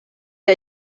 der